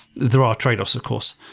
there are tradeoffs, of course.